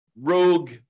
rogue